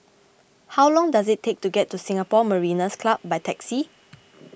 how long does it take to get to Singapore Mariners' Club by taxi